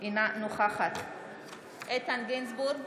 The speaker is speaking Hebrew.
אינה נוכחת איתן גינזבורג,